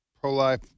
pro-life